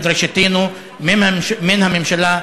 בדרישתנו מן הממשלה,